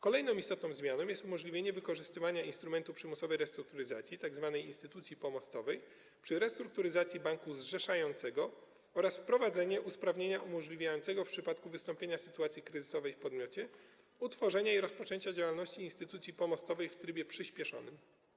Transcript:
Kolejną istotną zmianą jest umożliwienie wykorzystania instrumentu przymusowej restrukturyzacji tzw. instytucji pomostowej przy restrukturyzacji banku zrzeszającego oraz wprowadzenie usprawnienia umożliwiającego w wypadku wystąpienia sytuacji kryzysowej w podmiocie utworzenie i rozpoczęcie działalności instytucji pomostowej w trybie przyspieszonym.